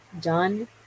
done